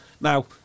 Now